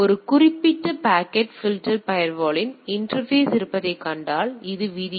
எனவே ஒரு குறிப்பிட்ட பாக்கெட் பில்டர் ஃபயர்வாலின் இன்டர்பேஸ் இருப்பதைக் கண்டால் இது விதி